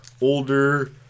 older